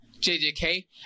JJK